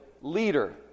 leader